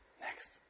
Next